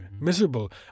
miserable